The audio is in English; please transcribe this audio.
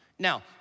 Now